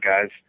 guys